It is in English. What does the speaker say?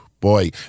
boy